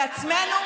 בעצמנו?